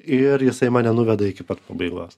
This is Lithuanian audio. ir jisai mane nuveda iki pat pabaigos